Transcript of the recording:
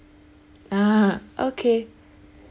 ah okay